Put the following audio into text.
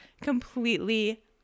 completely